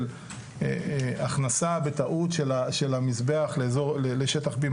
של הכנסה בטעות של המזבח לשטח B,